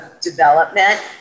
development